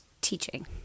teaching